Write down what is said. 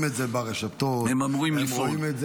את זה ברשתות --- הם אמורים לפעול.